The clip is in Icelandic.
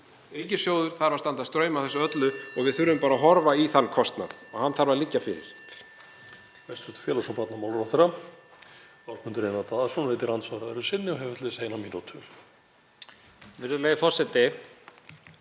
Ríkissjóður þarf að standa straum af þessu öllu og við þurfum bara að horfa í þann kostnað og hann þarf að liggja fyrir.